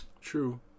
True